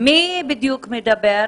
מי בדיוק מדבר?